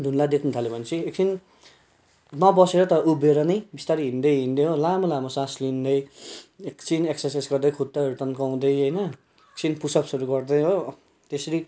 धुन्द्ला देख्नु थाल्यो भने चाहिँ एकछिन नबसेर तर उभेर नै बिस्तारै हिँड्दै हिँड्दै हो लामो लामो सास लिँदै एकछिन एक्ससाइज गर्दै खुट्टाहरू तन्काउँदै होइन एकछिन पुसअप्सहरू गर्दै हो त्यसरी